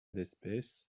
d’espèce